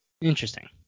interesting